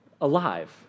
alive